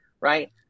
right